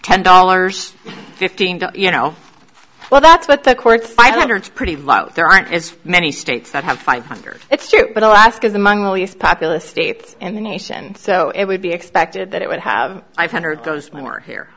ten dollars fifteen you know well that's what the court's five hundred pretty like there aren't as many states that have five hundred it's true but alaska is among the least populous states in the nation so it would be expected that it would have five hundred goes more here